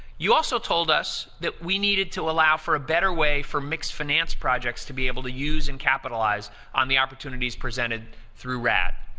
you also told us that we needed to allow for a better way for mixed finance projects to be able to use and capitalize on the opportunities presented through rad.